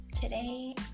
Today